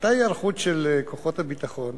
היתה היערכות של כוחות הביטחון